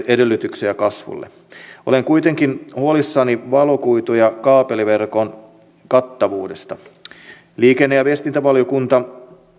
edellytyksiä kasvulle olen kuitenkin huolissani valokuitu ja kaapeliverkon kattavuudesta liikenne ja viestintävaliokunta